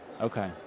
Okay